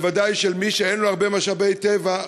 בוודאי של מי שאין לו הרבה משאבי טבע.